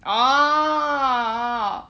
oh